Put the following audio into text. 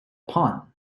pawn